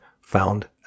found